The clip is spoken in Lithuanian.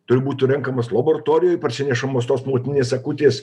turi būti renkamas laboratorijoj parsinešamos tos motininės akutės